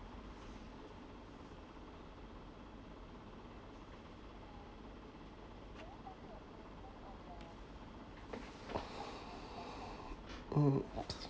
mm